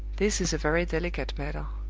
this is a very delicate matter.